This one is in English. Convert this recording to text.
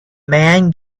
man